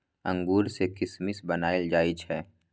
अंगूर सँ किसमिस बनाएल जाइ छै